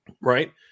right